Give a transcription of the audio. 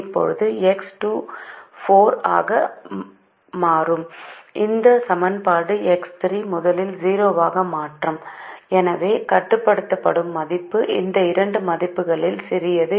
இப்போது X 2 4 ஆக ஆகும்போது இந்த சமன்பாடு X 3 ஐ முதலில் 0 ஆக மாற்றும் எனவே கட்டுப்படுத்தும் மதிப்பு இந்த இரண்டு மதிப்புகளில் சிறியது